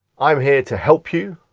i'm here to help you,